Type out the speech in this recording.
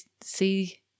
see